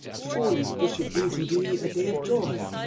surely this should be to thee a day of joy,